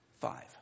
five